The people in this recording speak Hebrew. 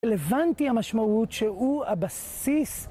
הבנתי המשמעות שהוא הבסיס.